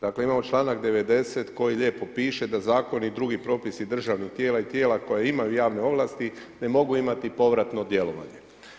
Dakle imamo članak 90. koji lijepo piše da zakoni i drugi propisi državnih tijela i tijela koja imaju javne ovlasti ne mogu imati povratno djelovanje.